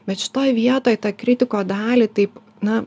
bet šitoj vietoj tą kritiko dalį taip na